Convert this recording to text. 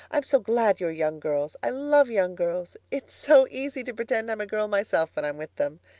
i'm so glad you are young girls. i love young girls. it's so easy to pretend i'm a girl myself when i'm with them.